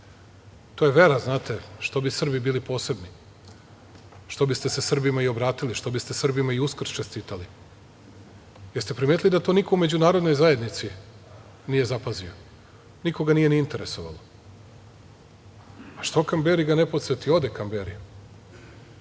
to je vera, znate, što bi Srbi bili posebni, što biste se Srbima i obratili, što biste Srbima i Uskrs čestitali? Jeste li primetili da to niko u Međunarodnoj zajednici nije zapazio? Nikoga nije ni interesovalo. A što ga Kamberi ne podseti? Ode Kamberi.